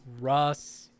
russ